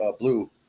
Blue